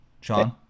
Sean